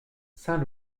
saint